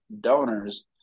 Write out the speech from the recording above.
donors